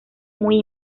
muy